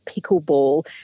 pickleball